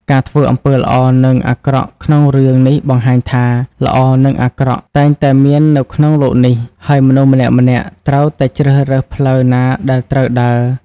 ការធ្វើអំពើល្អ និងអាក្រក់ក្នុងរឿងនេះបង្ហាញថា ល្អ និងអាក្រក់ តែងតែមាននៅក្នុងលោកនេះ ហើយមនុស្សម្នាក់ៗត្រូវតែជ្រើសរើសផ្លូវណាដែលត្រូវដើរ ។